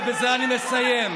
ובזה אני מסיים,